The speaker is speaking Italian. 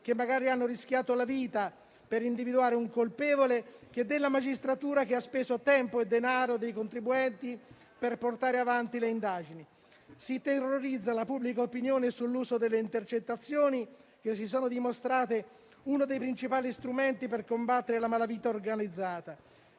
che magari hanno rischiato la vita per individuare un colpevole, che della magistratura che ha speso tempo e denaro dei contribuenti per portare avanti le indagini. Si terrorizza la pubblica opinione sull'uso delle intercettazioni che si sono dimostrate uno dei principali strumenti per combattere la malavita organizzata.